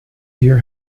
your